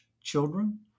children